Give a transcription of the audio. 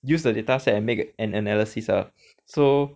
use the data set and make an analysis ah so